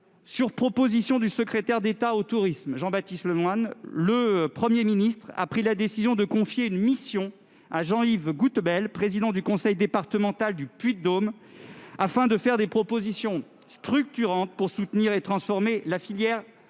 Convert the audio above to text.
Sur proposition du secrétaire d'État chargé du tourisme, Jean-Baptiste Lemoyne, le Premier ministre a pris la décision de confier une mission à Jean-Yves Gouttebel, président du conseil départemental du Puy-de-Dôme, afin de faire des propositions structurantes pour soutenir et transformer la filière